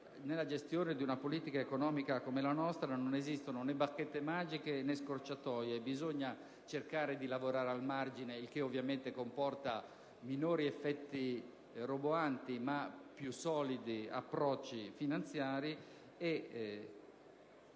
nella gestione di una politica economica come la nostra non esistono né bacchette magiche né scorciatoie, ma bisogna cercare di lavorare al margine, il che comporta minori effetti roboanti, ma più solidi approcci finanziari.